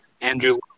Andrew